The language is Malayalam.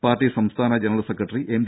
പാർട്ടി സംസ്ഥാന ജനറൽ സെക്രട്ടറി എംടി